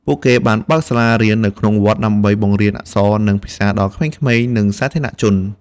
ពួកគេបានបើកសាលារៀននៅក្នុងវត្តដើម្បីបង្រៀនអក្សរ និងភាសាដល់ក្មេងៗ និងសាធារណជន។